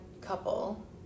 couple